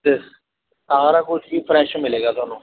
yes ਸਾਰਾ ਕੁਝ ਹੀ ਫਰੈਸ਼ ਮਿਲੇਗਾ ਤੁਹਾਨੂੰ